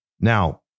Now